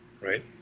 right